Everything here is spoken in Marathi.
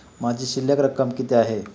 माझी शिल्लक रक्कम किती आहे?